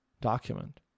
document